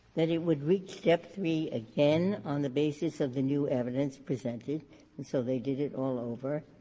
that it would reach step three again on the basis of the new evidence presented, and so they did it all over.